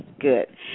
good